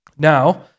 Now